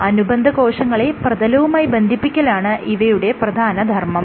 അനുബന്ധ കോശങ്ങളെ പ്രതലവുമായി ബന്ധിപ്പിക്കലാണ് ഇവയുടെ പ്രധാന ധർമ്മം